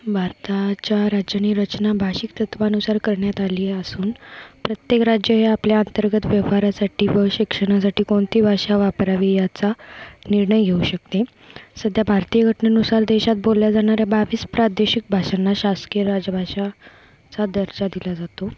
भारताच्या राज्यानी रचना भाषिक तत्वानुसार करण्यात आली असून प्रत्येक राज्य हे आपल्या अंतर्गत व्यवहारासाठी व शिक्षणासाठी कोणती भाषा वापरावी याचा निर्णय घेऊ शकते सध्या भारतीय घटनेनुसार देशात बोलल्या जाणाऱ्या बावीस प्रादेशिक भाषांना शासकीय राजभाषाचा दर्जा दिला जातो